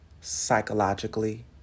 psychologically